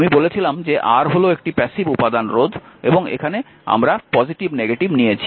আমি বলেছিলাম যে R হল একটি প্যাসিভ উপাদান রোধ এবং এখানে আমরা পজিটিভ নেগেটিভ নিয়েছি